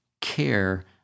care